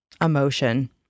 emotion